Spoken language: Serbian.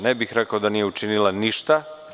Ne bih rekao da nije učinila ništa.